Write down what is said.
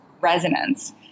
resonance